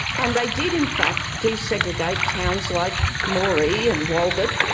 and they did, in fact, desegregate towns like moree and walgett.